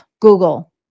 Google